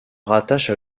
rattache